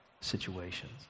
situations